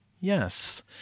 yes